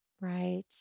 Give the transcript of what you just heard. Right